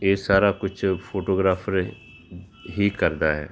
ਇਹ ਸਾਰਾ ਕੁਛ ਫੋਟੋਗ੍ਰਾਫ਼ਰ ਹੀ ਕਰਦਾ ਹੈ